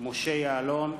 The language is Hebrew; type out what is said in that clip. משה יעלון,